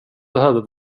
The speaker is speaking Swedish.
behöver